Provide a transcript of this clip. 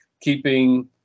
keeping